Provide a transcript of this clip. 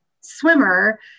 swimmer